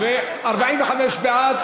ו-45 בעד.